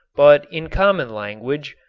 but in common language,